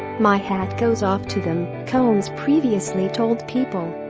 my hat goes off to them, combs previously told people